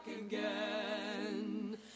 again